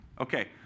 Okay